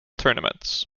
tournaments